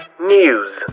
News